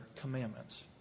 commandments